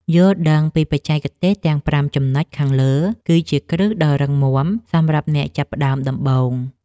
យល់ដឹងពីបច្ចេកទេសទាំងប្រាំចំណុចខាងលើគឺជាគ្រឹះដ៏រឹងមាំសម្រាប់អ្នកចាប់ផ្ដើមដំបូង។